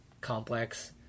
complex